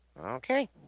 Okay